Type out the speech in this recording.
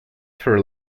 for